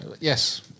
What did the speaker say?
Yes